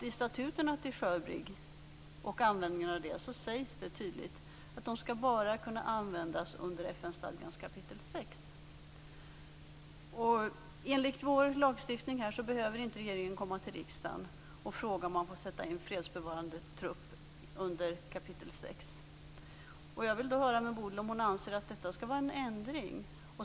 I statuterna till SHIRBRIG sägs det tydligt att de bara skall kunna användas under FN-stadgans kap. 6. Enligt vår lagstiftning behöver inte regeringen komma till riksdagen och fråga om man får sätta in fredsbevarande trupp under kap. 6. Jag vill höra med Bodil Francke Ohlsson om hon anser att detta skall vara en ändring.